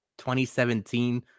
2017